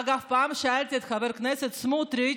אגב, פעם שאלתי את חבר הכנסת סמוטריץ'